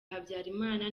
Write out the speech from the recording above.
habyarimana